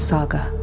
Saga